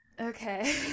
Okay